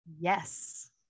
Yes